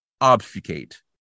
obfuscate